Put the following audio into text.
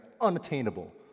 Unattainable